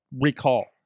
recall